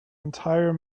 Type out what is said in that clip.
entire